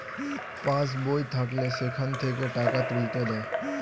pass বই থাকলে সেখান থেকে টাকা তুলতে দেয়